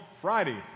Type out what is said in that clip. Friday